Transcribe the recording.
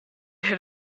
had